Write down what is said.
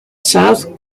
south